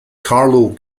carlow